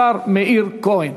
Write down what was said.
השר מאיר כהן.